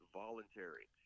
voluntary